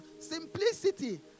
Simplicity